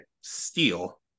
Steel